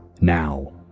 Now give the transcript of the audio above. Now